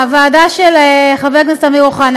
הוועדה של חבר הכנסת אמיר אוחנה.